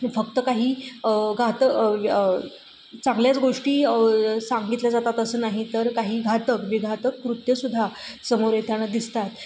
फक्त काही घातक चांगल्याच गोष्टी सांगितल्या जातात असं नाही तर काही घातक विघातक कृत्यसुद्धा समोर येताना दिसतात